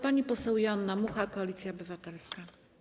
Pani poseł Joanna Mucha, Koalicja Obywatelska.